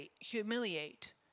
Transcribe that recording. humiliate